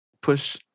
push